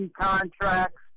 contracts